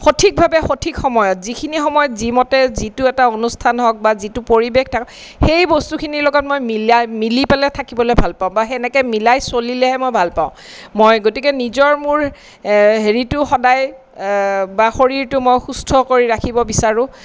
সঠিকভাৱে সঠিক সময়ত যিখিনি সময়ত যিমতে যিটো এটা অনুষ্ঠান হওক বা যিটো পৰিৱেশ থাকক সেই বস্তুখিনিৰ লগত মই মিলাই মিলি পেলাই থাকিবলৈ ভাল পাওঁ বা সেনেকে মিলাই চলিলেহে মই ভাল পাওঁ মই গতিকে নিজৰ মোৰ হেৰিটো সদায় বা শৰীৰটো মই সুস্থ কৰি ৰাখিব বিচাৰো